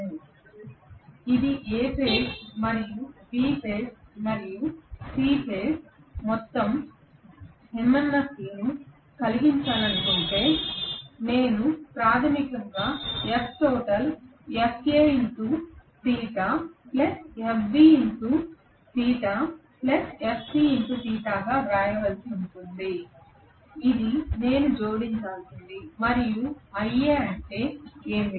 ఇది A phase B phase మరియు C phase మరియు మొత్తం MMF ను లెక్కించాలనుకుంటే నేను ప్రాథమికంగా వ్రాయవలసి ఉంటుంది ఇది నేను జోడించాల్సినది మరియు iA అంటే ఏమిటి